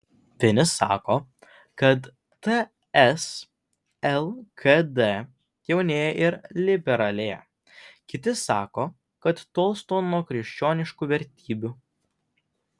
vieni sako kad ts lkd jaunėja ir liberalėja kiti sako kad tolsta nuo krikščioniškų vertybių